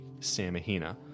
Samahina